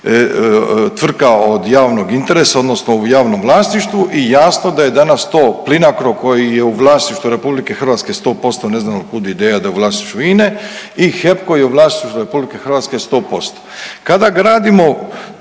tvrtka od javnog interesa, odnosno u javnom vlasništvu i jasno da je danas to Plinacro koji je u vlasništvu Republike Hrvatske 100%. Ne znam od kud ideja da je u vlasništvu INA-e i HEP koji je u vlasništvu Republike Hrvatske sto posto. Kada gradimo